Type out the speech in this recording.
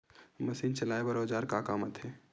Machine चलाए बर औजार का काम आथे?